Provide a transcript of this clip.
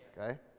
Okay